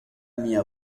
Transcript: mia